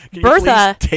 Bertha